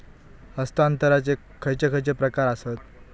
हस्तांतराचे खयचे खयचे प्रकार आसत?